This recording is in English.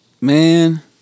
man